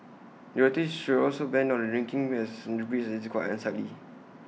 the authorities should also ban drinking the bridge as it's quite unsightly